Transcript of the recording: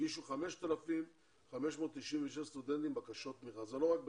הגישו 5,596 בקשות תמיכה, זה לא רק בטכניון.